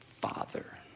Father